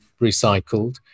recycled